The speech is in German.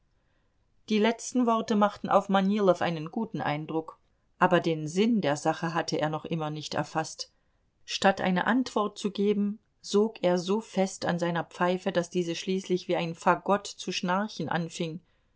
die letzten worte machten auf manilow einen guten eindruck aber den sinn der sache hatte er noch immer nicht erfaßt statt eine antwort zu geben sog er so fest an seiner pfeife daß diese schließlich wie ein fagott zu schnarchen anfing